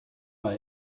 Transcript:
man